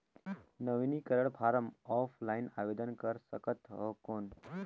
नवीनीकरण form offline आवेदन कर सकत हो कौन?